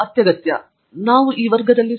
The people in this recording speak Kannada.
ಅರುಣ್ ಕೆ